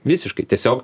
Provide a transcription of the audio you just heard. visiškai tiesiog